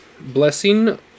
Blessing